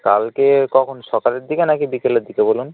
কালকে কখন সকালের দিকে না কি বিকেলের দিকে বলুন